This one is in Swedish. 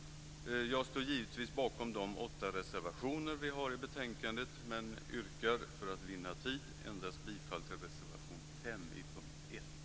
Jag står givetvis bakom de åtta reservationer vi har i betänkandet men yrkar för att vinna tid bifall endast till reservation 5 under punkt 1.